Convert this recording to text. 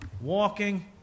Walking